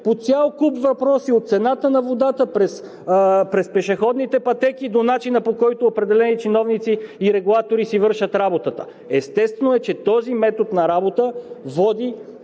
по цял куп въпроси – от цената на водата, през пешеходните пътеки до начина, по който определени чиновници и регулатори си вършат работата. Естествено е, че този метод на работа води